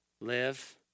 Live